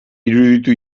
iruditu